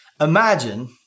Imagine